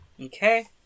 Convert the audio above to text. Okay